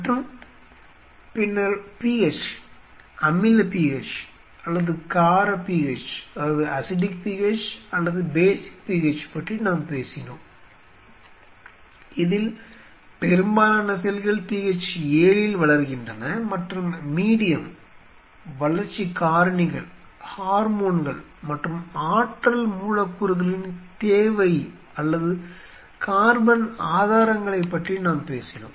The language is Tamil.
மற்றும் பின்னர் pH அமில pH அல்லது கார pH பற்றி நாம் பேசினோம் இதில் பெரும்பாலான செல்ள் pH 7 இல் வளர்கின்றன மற்றும் மீடியம் வளர்ச்சி காரணிகள் ஹார்மோன்கள் மற்றும் ஆற்றல் மூலக்கூறுகளின் தேவை அல்லது கார்பன் ஆதாரங்களைப் பற்றி நாம் பேசினோம்